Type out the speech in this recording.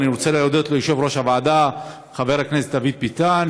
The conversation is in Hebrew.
ואני רוצה להודות ליושב-ראש הוועדה חבר הכנסת דוד ביטן,